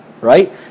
Right